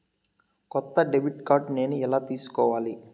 కొత్త debit card నేను ఎలా తీసుకోవాలి?